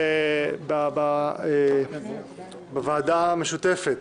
בוועדה המשותפת.